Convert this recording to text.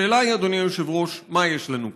השאלה היא, אדוני היושב-ראש: היא מה יש לנו כאן?